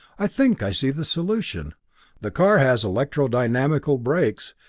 i think i see the solution the car has electro-dynamical brakes,